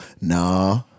nah